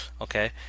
okay